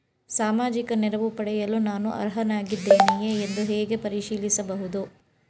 ಸಾಮಾಜಿಕ ನೆರವು ಪಡೆಯಲು ನಾನು ಅರ್ಹನಾಗಿದ್ದೇನೆಯೇ ಎಂದು ಹೇಗೆ ಪರಿಶೀಲಿಸಬಹುದು?